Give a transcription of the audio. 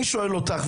אני שואל אותך,